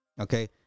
Okay